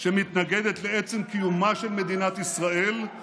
שמתנגדת לעצם קיומה של מדינת ישראל, ותומכת בטרור.